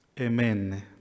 Amen